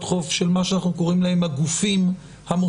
חוב של מה שאנחנו קוראים להם הגופים המוסדיים.